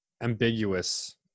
ambiguous